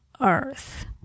earth